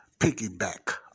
piggyback